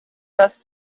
thus